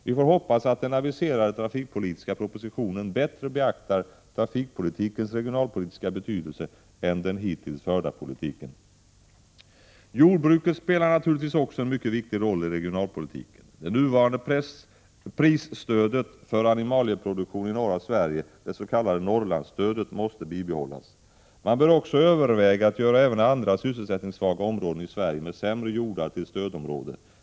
Vi får hoppas att den aviserade trafikpolitiska propositionen bättre beaktar trafikpolitikens regionalpolitiska betydelse än den hittills förda politiken. Jordbruket spelar en mycket viktig roll i regionalpolitiken. Det nuvarande prisstödet för animalieproduktion i norra Sverige, det s.k. Norrlandsstödet, måste bibehållas. Man bör också överväga att göra även andra sysselsättningssvaga områden i Sverige med sämre jordar till stödområde.